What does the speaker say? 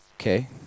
okay